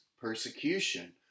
persecution